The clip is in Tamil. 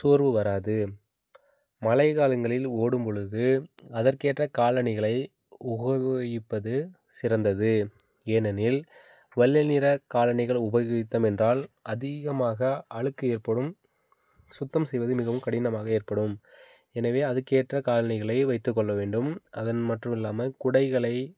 சோர்வு வராது மலை காலங்களில் ஓடும் பொழுது அதற்கேற்ற காலணிகளை உகவிப்பது சிறந்தது ஏனெனில் வெள்ள நிற காலணிகளை உபகித்தம் என்றால் அதிகமாக அழுக்கு ஏற்படும் சுத்தம் செய்வது மிகவும் கடினமாக ஏற்படும் எனவே அதுக்கேற்ற காலணிகளை வைத்துக்கொள்ள வேண்டும் அதன் மற்றுமல்லாமல் குடைகளை